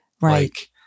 Right